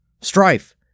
strife